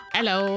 Hello